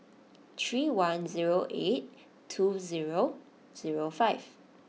three one zero eight two zero zero five